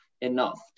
enough